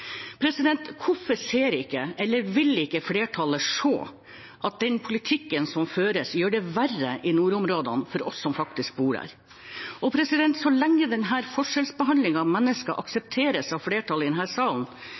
Hvorfor ser ikke, eller vil ikke flertallet se, at den politikken som føres, gjør det verre i nordområdene for oss som faktisk bor der? Og så lenge denne forskjellsbehandlingen av mennesker aksepteres av flertallet i denne salen,